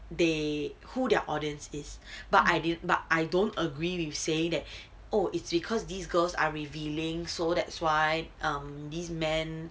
they who their audience is but I do but I don't agree with saying that oh it's because these girls are revealing so that's why um these men